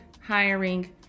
hiring